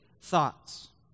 thoughts